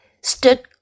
stood